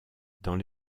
dans